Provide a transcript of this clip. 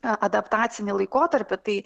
adaptacinį laikotarpį tai